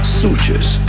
sutures